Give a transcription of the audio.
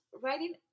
writing